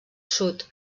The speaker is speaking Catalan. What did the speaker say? sud